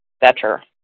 better